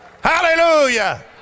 Hallelujah